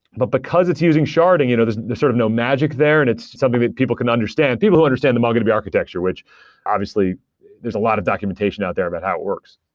but because it's using sharding, you know there's sort of no magic there, and it's something that people can understand. people who understand the mongodb architecture, which obviously there's a lot of documentation out there about how it works.